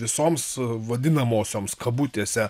visoms vadinamosioms kabutėse